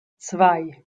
zwei